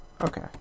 Okay